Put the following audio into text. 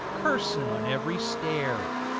cursin' on every stair.